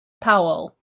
powell